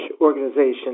organization